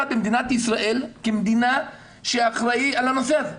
במדינת ישראל כמדינה שאחראי על הנושא הזה,